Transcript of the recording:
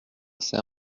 c’est